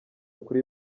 kuri